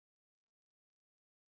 blue shirt that is